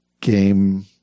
game